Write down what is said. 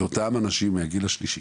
לאותם אנשי מהגיל השלישי?